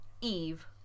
Eve